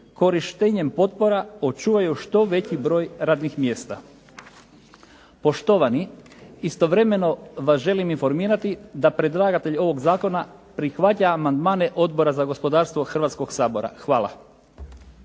korištenjem potpora očuvaju što veći broj radnih mjesta. Poštovani, istovremeno vas želim informirati da predlagatelj ovog zakona prihvaća amandmane Odbora za gospodarstvo Hrvatskog sabora. Hvala.